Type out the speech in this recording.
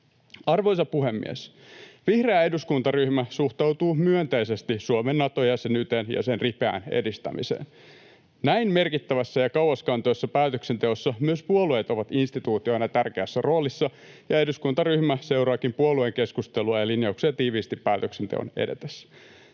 Arvoisa puhemies! Vihreä eduskuntaryhmä suhtautuu myönteisesti Suomen Nato-jäsenyyteen, ja sen ripeään edistämiseen. Näin merkittävässä ja kauaskantoisessa päätöksenteossa myös puolueet ovat instituutioina tärkeässä roolissa, ja eduskuntaryhmä seuraakin puolueen keskustelua ja linjauksia tiiviisti päätöksenteon edetessä